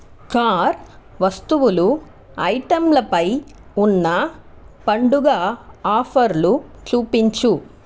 car వస్తువులు ఐటెంలపై ఉన్న పండుగ ఆఫర్లు చూపించు